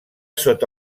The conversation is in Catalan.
sota